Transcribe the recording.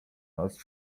nas